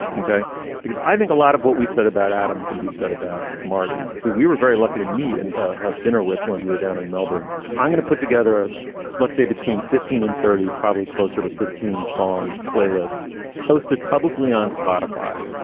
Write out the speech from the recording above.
like because i think a lot of what we said about adam can be said about marty, who we were very lucky to meet and have dinner with when we were down in melbourne. i'm going to put together a let's say between fifteen and thirty, probably closer to fifteen song playlist posted publicly on spotify.